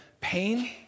pain